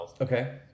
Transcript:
Okay